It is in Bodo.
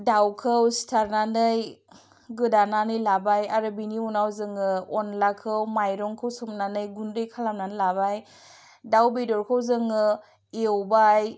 दाउखौ सिथारनानै गोदानानै लाबाय आरो बिनि उनाव जोङो अनलाखौ माइरंखौ सोमनानै गुन्दै खालामनानै लाबाय दाउ बेदरखौ जोङो एवबाय